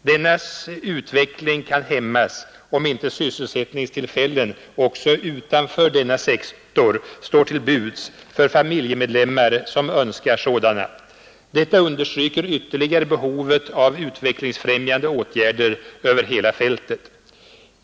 Denna utveckling kan hämmas om inte sysselsättningstillfällen, också utanför denna sektor, står till buds för familjemedlemmar som önskar sådana. Detta understryker ytterligare behovet av utvecklingsfrämjande åtgärder över hela fältet.